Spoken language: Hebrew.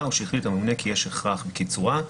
או שהחליט הממונה כי יש הכרח בקיצורה,